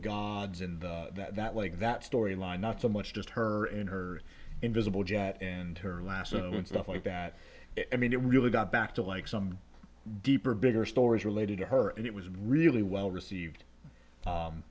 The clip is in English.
in the that like that storyline not so much just her and her invisible jet and her last june stuff like that i mean it really got back to like some deeper bigger stories related to her and it was really well received